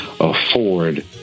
afford